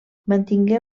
mantingué